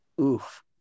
Oof